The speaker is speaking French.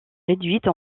réduites